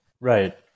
Right